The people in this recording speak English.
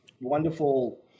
wonderful